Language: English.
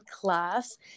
class